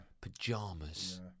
Pajamas